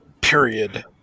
Period